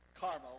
Carmel